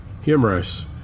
humorous